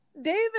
David